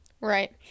Right